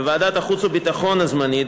בוועדת החוץ והביטחון הזמנית,